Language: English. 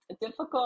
difficult